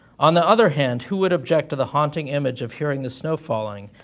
on the other hand, who would object to the haunting image of hearing the snow falling,